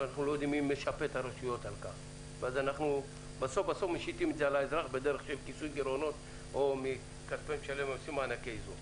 הם ישיתו את זה על האזרח בדרך של כיסוי גירעונות או מענקי איזון.